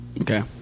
Okay